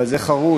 אבל זה חרוז.